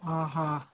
ఆహా